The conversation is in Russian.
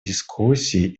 дискуссии